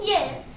Yes